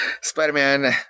Spider-Man